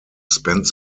spent